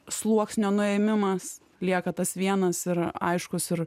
sluoksnio nuėmimas lieka tas vienas ir aiškus ir